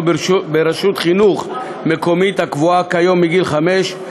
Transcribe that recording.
ברשות החינוך המקומית הקבועה כיום מגיל חמש,